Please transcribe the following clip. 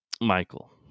Michael